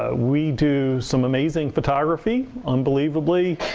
ah we do some amazing photography, unbelievably.